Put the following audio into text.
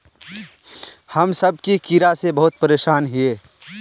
हम सब की कीड़ा से बहुत परेशान हिये?